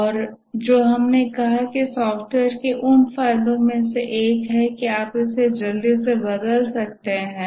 और जो हमने कहा कि यह सॉफ्टवेयर के उन फायदों में से एक है कि आप इसे जल्दी से बदल सकते हैं